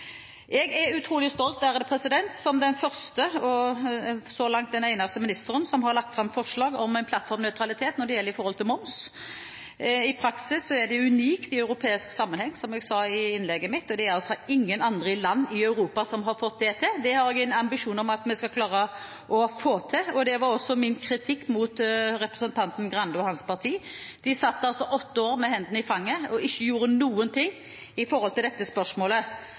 Jeg er utrolig stolt av å være den første og så langt den eneste ministeren som har lagt fram forslag om en plattformnøytralitet når det gjelder moms. I praksis er det unikt i europeisk sammenheng, som jeg sa i innlegget mitt, og det er altså ingen andre land i Europa som har fått til det. Det har jeg en ambisjon om at vi skal klare å få til, og det var også min kritikk mot representanten Grande og hans parti. De satt altså åtte år med hendene i fanget uten å gjøre noen ting med dette spørsmålet. Som jeg også refererte til,